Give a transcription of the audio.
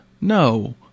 no